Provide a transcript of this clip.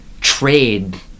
trade